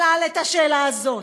שלל את השאלה הזאת,